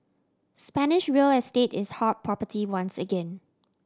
Spanish real estate is hot property once again